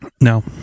No